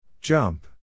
Jump